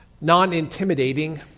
non-intimidating